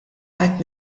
qed